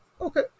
Okay